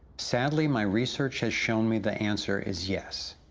sadly my research has shown me, the answer is yes.